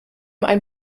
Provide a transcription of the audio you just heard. ein